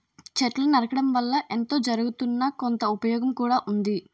చెట్లు నరకడం వల్ల ఎంతో జరగుతున్నా, కొంత ఉపయోగం కూడా ఉంది